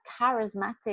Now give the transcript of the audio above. charismatic